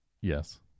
Yes